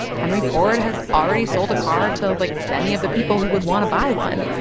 henry ford has already sold a car to, like, many of the people who would want to buy one.